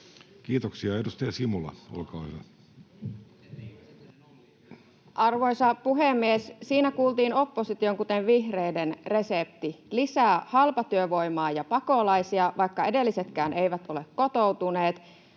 vuodelle 2024 Time: 15:34 Content: Arvoisa puhemies! Siinä kuultiin opposition, kuten vihreiden, resepti: lisää halpatyövoimaa ja pakolaisia, vaikka edellisetkään eivät ole kotoutuneet,